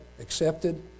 accepted